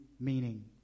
meaning